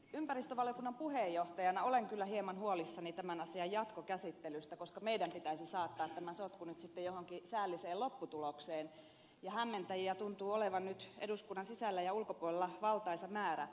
ympäristövaliokunnan puheenjohtajana olen kyllä hieman huolissani tämän asian jatkokäsittelystä koska meidän pitäisi saattaa tämä sotku nyt johonkin säälliseen lopputulokseen ja hämmentäjiä tuntuu olevan nyt eduskunnan sisällä ja ulkopuolella valtaisa määrä